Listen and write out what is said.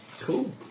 Cool